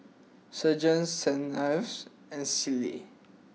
Sergent Saint Ives and Sealy